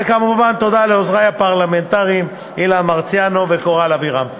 וכמובן תודה לעוזרי הפרלמנטריים אילן מרסיאנו וקורל אבירם.